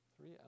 Three